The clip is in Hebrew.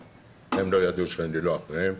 הם לא ידעו שאני לא אחריהם.